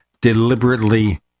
deliberately